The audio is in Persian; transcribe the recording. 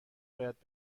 باید